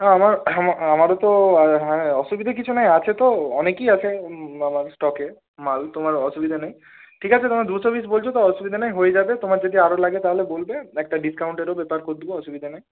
হ্যাঁ আমার আমারও তো অসুবিধে কিছু নাই আছে তো অনেকই আছে আমার স্টকে মাল তোমার অসুবিধা নেই ঠিক আছে তোমার দুশো পিস বলছো তো অসুবিধা নেই হয়ে যাবে তোমার যদি আরো লাগে তাহলে বলবে একটা ডিসকাউন্টেরও ব্যাপার করে দেব অসুবিধা নাই